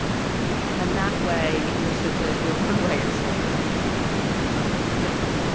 that's really interesting. and that way you're suited if your runway is longer because you can probably think up more things.